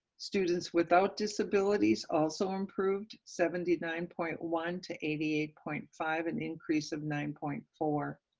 students without disabilities also improved seventy nine point one to eighty eight point five, an increase of nine point four.